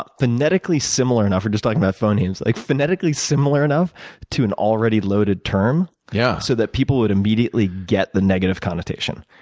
ah phonetically similar enough we were just talking about phonemes like phonetically similar enough to an already loaded term yeah so that people would immediately get the negative connotation.